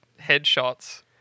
headshots